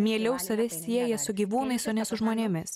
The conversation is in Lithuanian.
mieliau save sieja su gyvūnais o ne su žmonėmis